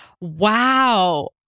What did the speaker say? Wow